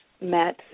met